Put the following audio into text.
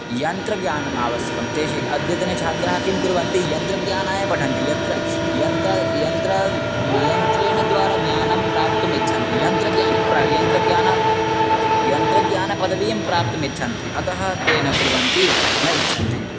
यन्त्रज्ञानम् आवश्यकं तेषु अद्यतनछात्राः किं कुर्वन्ति यन्त्रज्ञानाय पठन्ति यत्र यन्त्रं यन्त्रं यन्त्रद्वारा ज्ञानं प्राप्तुम् इच्छन्ति यन्त्रज्ञानं प्रा यन्त्रज्ञानं यन्त्रज्ञानपदवीं प्राप्तुम् इच्छन्ति अतः ते न कुर्वन्ति न इच्छन्ति